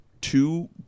two